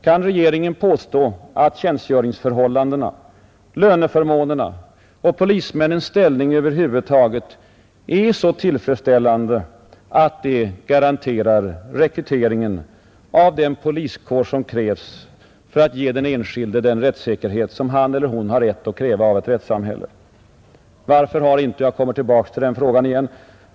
Kan regeringen påstå att tjänstgöringsförhållandena, löneförmånerna och polismännens ställning över huvud taget är så tillfredsställande att de garanterar rekryteringen av den poliskår som krävs för att ge den enskilde den rättssäkerhet som han eller hon med fog kräver av ett rättssamhälle?